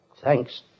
Thanks